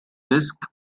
disc